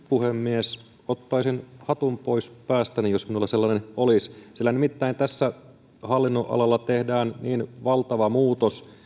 puhemies ottaisin hatun pois päästäni jos minulla sellainen olisi nimittäin tällä hallinnonalalla tehdään niin valtava muutos